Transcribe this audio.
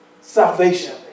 Salvation